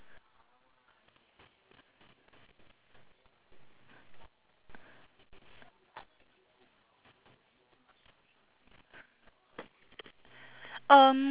(u~)